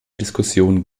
diskussion